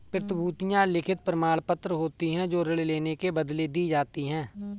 प्रतिभूतियां लिखित प्रमाणपत्र होती हैं जो ऋण लेने के बदले दी जाती है